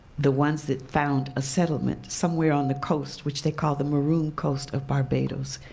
the ones that found a settlement somewhere on the coast, which they call the maroon coast of barbados.